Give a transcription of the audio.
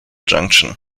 junction